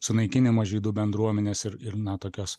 sunaikinimo žydų bendruomenės ir ir na tokios